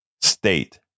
state